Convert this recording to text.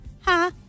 ha